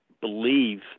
believe